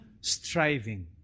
striving